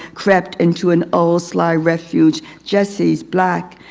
crept into an old sly refuge. jesse's black,